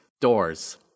doors